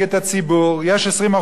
יש 20% של הציבור הערבי,